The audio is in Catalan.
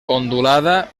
ondulada